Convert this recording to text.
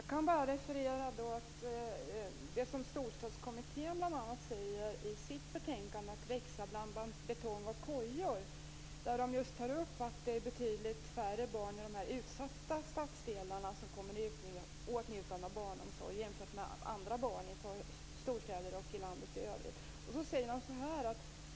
Fru talman! Jag kan bara referera till det som Storstadskommittén framhåller i sitt betänkande Att växa bland betong och kojor, där man tar upp att betydligt färre barn i de utsatta stadsdelarna kommer i åtnjutande av barnomsorg jämfört med andra barn i storstäder och i landet i övrigt.